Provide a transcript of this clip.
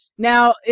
Now